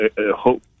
hope